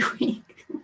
week